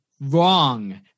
Wrong